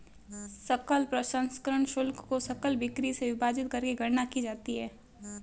सकल प्रसंस्करण शुल्क को सकल बिक्री से विभाजित करके गणना की जाती है